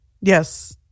Yes